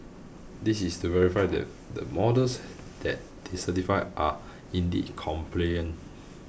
this is to verify that the models that they certified are indeed compliant